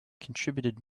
contributed